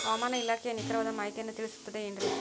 ಹವಮಾನ ಇಲಾಖೆಯ ನಿಖರವಾದ ಮಾಹಿತಿಯನ್ನ ತಿಳಿಸುತ್ತದೆ ಎನ್ರಿ?